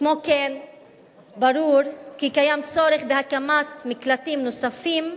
כמו כן ברור שיש צורך בהקמת מקלטים נוספים,